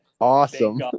awesome